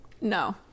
No